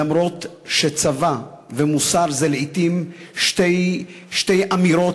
למרות שצבא ומוסר זה לעתים שתי אמירות,